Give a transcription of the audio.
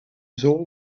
zool